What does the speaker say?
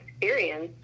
experience